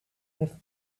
have